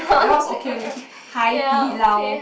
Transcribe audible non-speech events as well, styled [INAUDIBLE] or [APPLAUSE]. that was okay only [BREATH] Hai-Di Lao